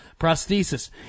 prosthesis